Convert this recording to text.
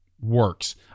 works